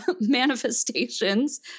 manifestations